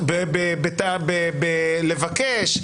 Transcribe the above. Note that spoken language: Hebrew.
לבקש.